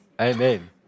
Amen